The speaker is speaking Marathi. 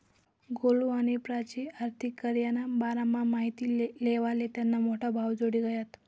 गोलु आणि प्राची आर्थिक करीयरना बारामा माहिती लेवाले त्यास्ना मोठा भाऊजोडे गयात